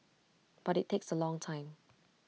but IT takes A long time